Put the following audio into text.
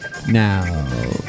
Now